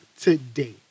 today